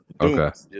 okay